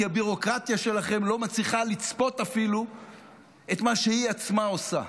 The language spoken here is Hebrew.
כי הביורוקרטיה שלכם לא מצליחה לצפות אפילו את מה שהיא עצמה עושה.